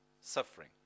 suffering